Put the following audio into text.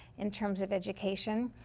in terms of education.